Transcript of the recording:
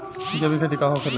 जैविक खेती का होखेला?